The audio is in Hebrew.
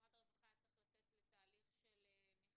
משרד הרווחה היה אמור לצאת לתהליך של מכרז.